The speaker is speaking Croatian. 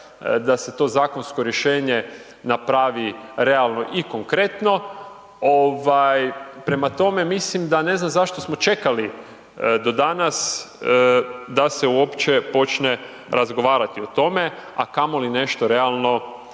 da se to zakonsko rješenje napravi realno i konkretno. Prema tome, mislim da ne znam zašto smo čekali do danas, da se uopće počne razgovarati o tome, a kamoli nešto realno